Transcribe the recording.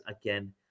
again